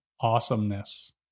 awesomeness